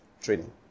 training